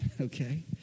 okay